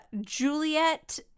Juliet